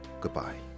Goodbye